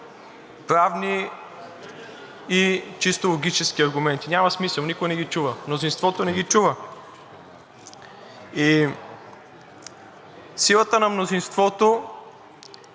правни и чисто логически аргументи. Няма смисъл, никой не ги чува, мнозинството не ги чува! Силата на мнозинството